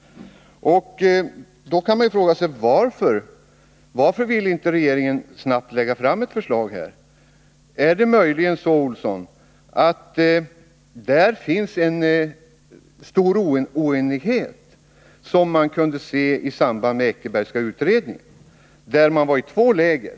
Man kan fråga sig varför regeringen inte snabbt vill lägga fram ett förslag. Är det möjligen så, Johan Olsson, att det inom regeringen råder en stor oenighet? Så var det ju i samband med den Eckerbergska utredningen, där det var två läger.